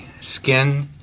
skin